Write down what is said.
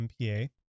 MPA